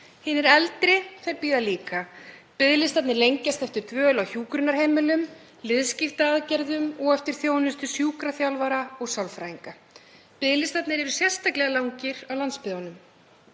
Hinir eldri bíða líka. Biðlistarnir lengjast eftir dvöl á hjúkrunarheimilum, liðskiptaaðgerðum og eftir þjónustu sjúkraþjálfara og sálfræðinga. Biðlistar eru sérstaklega langir á landsbyggðinni.